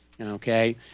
Okay